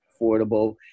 affordable